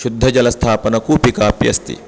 शुद्धजलस्थापनकूपिकापि अस्ति